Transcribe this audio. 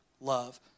love